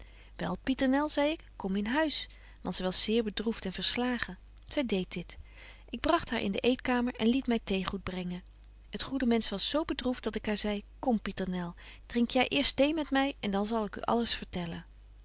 pieternel zei ik kom in huis want zy was zeer bedroeft en verslagen zy deedt dit ik bragt haar in de eetkamer en liet my theegoed brengen het goede mensch was zo bedroeft dat ik haar zei kom pieternel drink jy eerst thee met my en dan zal ik u alles vertellen